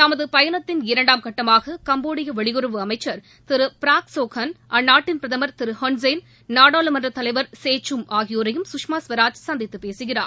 தமது பயணத்தின் இரண்டாம் கட்டமாக கம்போடிய வெளியுறவு அமைச்சர் திரு ப்ராக் சோக்கோன் அந்நாட்டின் பிரதமர் திரு ஹுன்சென் நாடாளுமன்றத் தலைவர் சே சூம் ஆகியோரையும் சுஷ்மா ஸ்வராஜ் சந்தித்து பேசுகிறார்